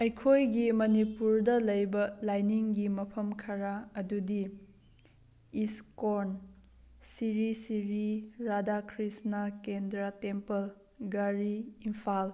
ꯑꯩꯈꯣꯏꯒꯤ ꯃꯅꯤꯄꯨꯔꯗ ꯂꯩꯕ ꯂꯥꯏꯅꯤꯡꯒꯤ ꯃꯐꯝ ꯈꯔ ꯑꯗꯨꯗꯤ ꯏꯁꯀꯣꯟ ꯁ꯭ꯔꯤ ꯁ꯭ꯔꯤ ꯔꯥꯙꯥꯀ꯭ꯔꯤꯁꯅ ꯀꯦꯟꯗ꯭ꯔ ꯇꯦꯝꯄꯜ ꯘꯔꯤ ꯏꯝꯐꯥꯜ